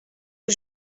est